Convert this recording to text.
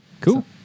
Cool